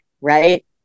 right